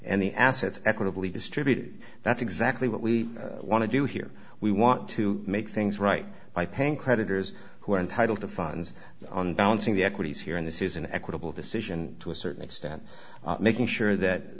the assets equitably distributed that's exactly what we want to do here we want to make things right by paying creditors who are entitled to funds on balancing the equities here and this is an equitable decision to a certain extent making sure that